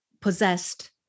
possessed